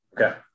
Okay